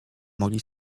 mogli